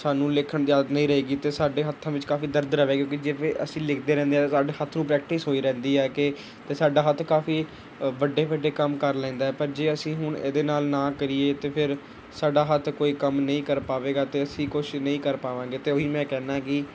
ਸਾਨੂੰ ਲਿਖਣ ਦੀ ਆਦਤ ਨਹੀਂ ਰਹੇਗੀ ਅਤੇ ਸਾਡੇ ਹੱਥਾਂ ਵਿੱਚ ਕਾਫੀ ਦਰਦ ਰਵੇਗੀ ਕਿਉਂਕਿ ਜਿਵੇਂ ਅਸੀਂ ਲਿਖਦੇ ਰਹਿੰਦੇ ਹਾਂ ਤਾਂ ਸਾਡੇ ਹੱਥ ਨੂੰ ਪ੍ਰੈਕਟਿਸ ਹੋਈ ਰਹਿੰਦੀ ਹੈ ਕਿ ਅਤੇੇ ਸਾਡਾ ਹੱਥ ਕਾਫੀ ਵੱਡੇ ਵੱਡੇ ਕੰਮ ਕਰ ਲੈਂਦਾ ਹੈ ਪਰ ਜੇ ਅਸੀਂ ਹੁਣ ਇਹਦੇ ਨਾਲ ਨਾ ਕਰੀਏ ਅਤੇ ਫਿਰ ਸਾਡਾ ਹੱਥ ਕੋਈ ਕੰਮ ਨਹੀਂ ਕਰ ਪਾਵੇਗਾ ਅਤੇ ਅਸੀਂ ਕੁਛ ਨਹੀਂ ਕਰ ਪਾਵਾਂਗੇ ਅਤੇ ਉਹੀ ਮੈਂ ਕਹਿੰਦਾ ਕਿ